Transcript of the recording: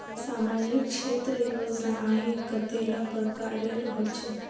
सामाजिक क्षेत्र योजनाएँ कतेला प्रकारेर होचे?